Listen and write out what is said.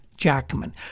Jackman